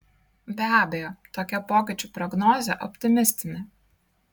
be abejo tokia pokyčių prognozė optimistinė